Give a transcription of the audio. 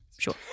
Sure